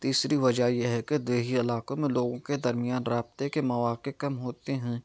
تیسری وجہ یہ ہے کہ دیہی علاقوں میں لوگوں کے درمیان رابطے کے مواقع کم ہوتے ہیں